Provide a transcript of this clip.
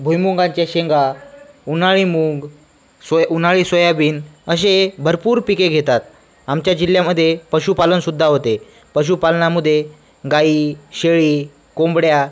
भुईमुंगांच्या शेंगा उन्हाळी मुग सोया उन्हाळी सोयाबीन असे भरपूर पिके घेतात आमच्या जिल्ह्यामध्ये पशुपालनसुद्धा होते पशुपालनामध्ये गाई शेळी कोंबड्या